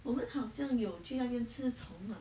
我们好像有去那边吃虫 ah